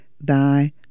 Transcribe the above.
thy